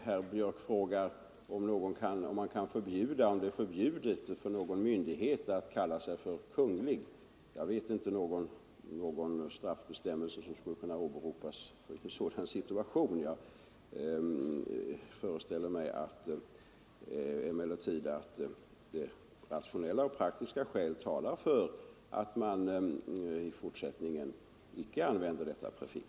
Herr Björck frågar om det är förbjudet för någon myndighet att kalla sig ”Kunglig”. Jag vet inte någon straffbestämmelse som skulle kunna åberopas i en sådan situation. Jag föreställer mig emellertid att rationella och praktiska skäl talar för att man i fortsättningen icke använder detta prefix.